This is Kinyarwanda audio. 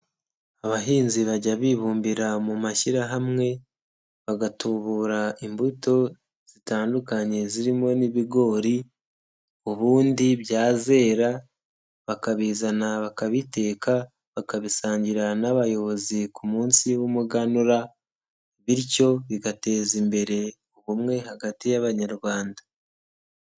Abahinzi bajya bibumbira mu mashyirahamwe, bagatubura imbuto zitandukanye zirimo n'ibigori, ubundi byazera bakabizana bakabiteka, bakabisangira n'abayobozi ku munsi w'umuganura bityo bigateza imbere ubumwe hagati y'Abanyarwanda.